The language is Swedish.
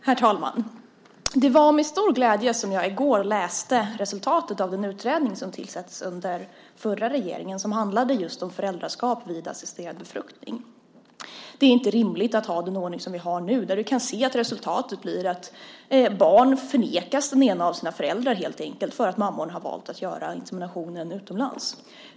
Herr talman! Det var med stor glädje jag i går tog del av resultatet av den utredning som tillsattes under förra regeringen och som handlade just om föräldraskap vid assisterad befruktning. Det är inte rimligt att ha den ordning som vi har nu, där du kan se att resultatet blir att barn förnekas den ena av sina föräldrar helt enkelt för att mammorna har valt att göra inseminationen utomlands.